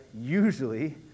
Usually